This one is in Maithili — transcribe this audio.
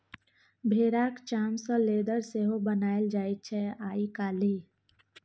भेराक चाम सँ लेदर सेहो बनाएल जाइ छै आइ काल्हि